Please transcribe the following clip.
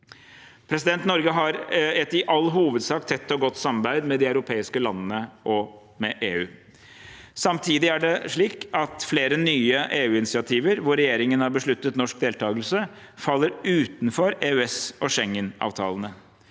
Norge har et i all hovedsak tett og godt samarbeid med de europeiske landene og med EU. Samtidig er det slik at flere nye EU-initiativer, hvor regjeringen har besluttet norsk deltakelse, faller utenfor EØS- og Schengen-avtalene.